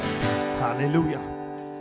Hallelujah